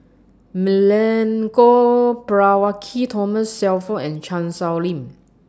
Milenko Prvacki Thomas Shelford and Chan Sow Lin